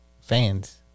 fans